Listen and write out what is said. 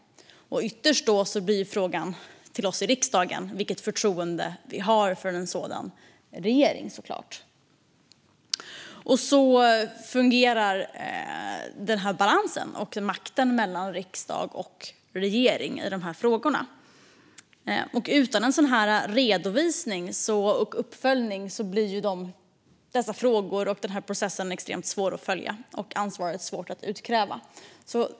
Ytterst blir då såklart frågan för oss i riksdagen vilket förtroende vi har för en sådan regering. Så fungerar balansen och makten mellan riksdag och regering i de här frågorna. Utan en sådan här redovisning och uppföljning blir dessa frågor och den här processen extremt svår att följa och ansvaret svårt att utkräva.